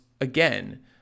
again